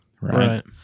right